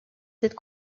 cette